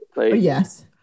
Yes